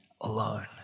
alone